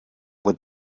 would